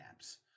apps